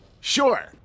Sure